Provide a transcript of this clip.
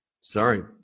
Sorry